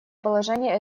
положения